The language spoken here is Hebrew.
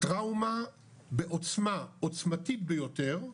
טראומה בעוצמה עוצמתית ביותר,